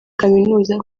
kaminuza